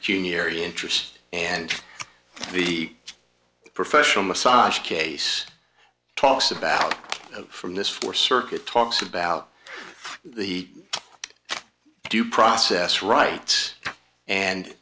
year interest and the professional massage case talks about from this four circuit talks about the due process rights and